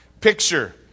picture